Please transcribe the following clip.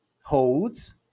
holds